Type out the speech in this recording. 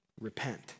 Repent